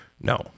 no